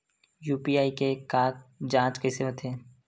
UPI के के जांच कइसे होथे?